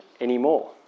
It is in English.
anymore